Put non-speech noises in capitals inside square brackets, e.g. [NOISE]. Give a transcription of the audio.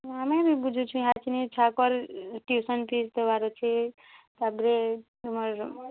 ଆମେ ବି ବୁଝୁଛୁଁ ଇହାଚିନି ଛୁଆଙ୍କର୍ ଟିଉସନ୍ ଫିସ୍ ଦବାର୍ ଅଛି ତା' ପରେ [UNINTELLIGIBLE]